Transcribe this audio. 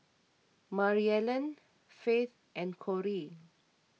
Maryellen Faith and Corey